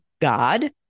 God